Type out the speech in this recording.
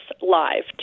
live